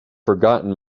forgotten